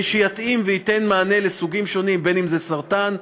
שיתאים וייתן מענה לסוגים שונים אם סרטן,